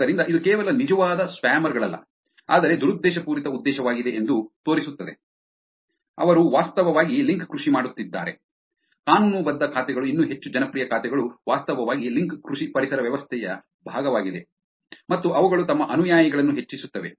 ಆದ್ದರಿಂದ ಇದು ಕೇವಲ ನಿಜವಾದ ಸ್ಪ್ಯಾಮರ್ ಗಳಲ್ಲ ಆದರೆ ದುರುದ್ದೇಶಪೂರಿತ ಉದ್ದೇಶವಾಗಿದೆ ಎಂದು ತೋರಿಸುತ್ತದೆ ಅವರು ವಾಸ್ತವವಾಗಿ ಲಿಂಕ್ ಕೃಷಿ ಮಾಡುತ್ತಿದ್ದಾರೆ ಕಾನೂನುಬದ್ಧ ಖಾತೆಗಳು ಇನ್ನೂ ಹೆಚ್ಚು ಜನಪ್ರಿಯ ಖಾತೆಗಳು ವಾಸ್ತವವಾಗಿ ಲಿಂಕ್ ಕೃಷಿ ಪರಿಸರ ವ್ಯವಸ್ಥೆಯ ಭಾಗವಾಗಿದೆ ಮತ್ತು ಅವುಗಳು ತಮ್ಮ ಅನುಯಾಯಿಗಳನ್ನು ಹೆಚ್ಚಿಸುತ್ತವೆ